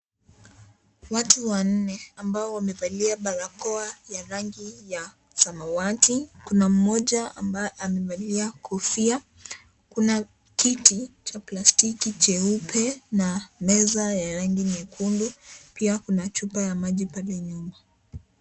Watu wanne ambao wamevalia barakoa ya rangi ya samawati, kuna mmoja ambaye amevalia kofia, kuna kiti cha plastiki cheupe na meza ya rangi nyekundu, pia kuna chupa ya maji pale nyuma.